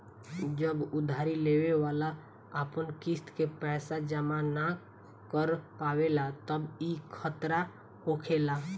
जब उधारी लेवे वाला अपन किस्त के पैसा जमा न कर पावेला तब ई खतरा होखेला